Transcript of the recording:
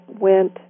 went